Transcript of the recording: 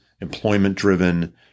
employment-driven